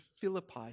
Philippi